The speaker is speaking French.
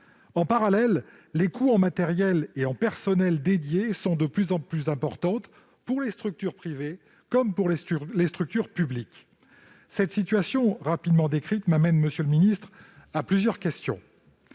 En parallèle, les coûts en matériels et en personnels dédiés sont de plus en plus importants, pour les structures privées comme publiques. Cette situation rapidement décrite m'amène, monsieur le